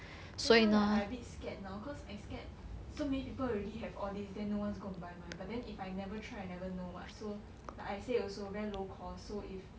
that's why like I a bit scared now cause I scared so many people already have all these then no one's going buy mine but then if I never try I never know what so like I say also very low cost so if